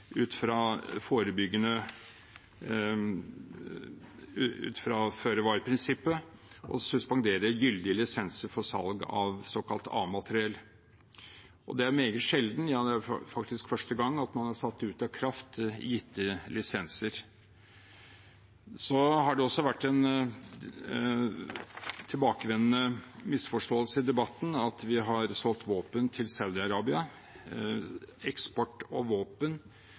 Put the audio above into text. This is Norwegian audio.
ut fra føre-var-prinsippet å suspendere gyldige lisenser for salg av såkalt A-materiell. Det er meget sjelden – ja, det er faktisk første gang at man har satt ut av kraft gitte lisenser. Det har også vært en tilbakevendende misforståelse i debatten at vi har solgt våpen til Saudi-Arabia. Eksport av våpen